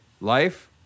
life